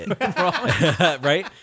right